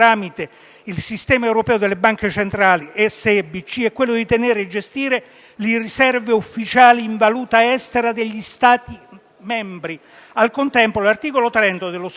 il Sistema europeo di banche centrali (SEBC) è quello di detenere e gestire le riserve ufficiali in valuta estera degli Stati membri; al contempo, l'articolo 30 dello statuto